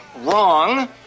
wrong